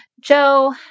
Joe